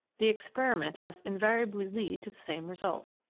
the experiment must in variably lead to the same result.